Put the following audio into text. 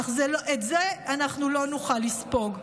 אך את זה אנחנו לא נוכל לספוג.